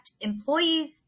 employees